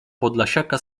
podlasiaka